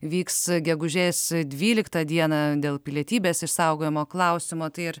vyks gegužės dvyliktą dieną dėl pilietybės išsaugojimo klausimo tai ar